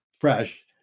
fresh